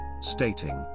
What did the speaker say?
stating